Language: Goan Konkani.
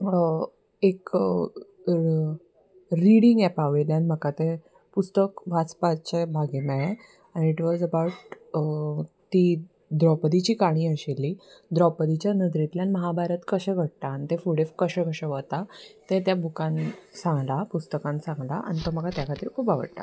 एक रिडींग एपा वयल्यान म्हाका तें पुस्तक वाचपाचे भागे मेळ्ळें आनी इट वॉज अबाावट ती द्रोपदची काणी आशिल्ली द्रोवपदच्या नदरेंतल्यान महाभारत कशें घडटा आनी ते फुडें कशें कशें वता तें त्या बुकान सांगलां पुस्तकान सांगला आनी तो म्हाका त्या खातीर खूब आवडटा